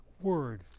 Word